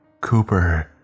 Cooper